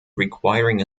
requiring